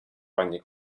panie